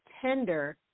tender